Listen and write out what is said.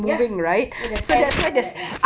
ya with the times and all that ya